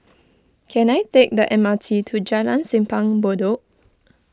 can I take the M R T to Jalan Simpang Bedok